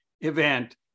event